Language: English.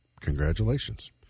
congratulations